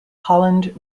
holland